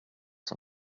son